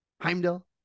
Heimdall